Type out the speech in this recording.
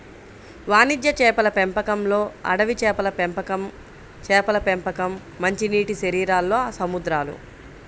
వాణిజ్య చేపల పెంపకంలోఅడవి చేపల పెంపకంచేపల పెంపకం, మంచినీటిశరీరాల్లో సముద్రాలు